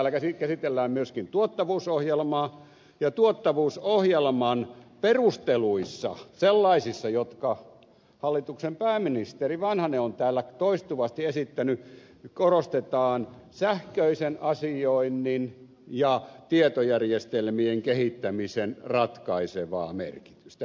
täällä käsitellään myöskin tuottavuusohjelmaa ja tuottavuusohjelman perusteluissa sellaisissa jotka hallituksen pääministeri vanhanen on täällä toistuvasti esittänyt korostetaan sähköisen asioinnin ja tietojärjestelmien kehittämisen ratkaisevaa merkitystä